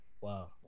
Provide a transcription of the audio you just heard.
Wow